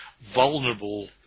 vulnerable